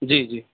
جی جی